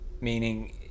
Meaning